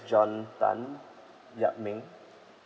john tan yap ming